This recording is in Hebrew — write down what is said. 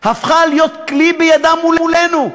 הפכה להיות כלי בידם מולנו.